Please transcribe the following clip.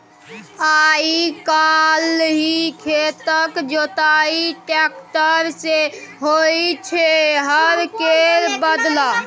आइ काल्हि खेतक जोताई टेक्टर सँ होइ छै हर केर बदला